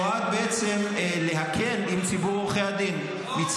שנועד בעצם להקל עם ציבור עורכי הדין -- אבל הפסדתם.